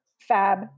fab